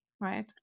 right